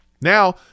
Now